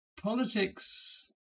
Politics